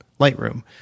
Lightroom